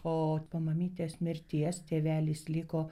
o po mamytės mirties tėvelis liko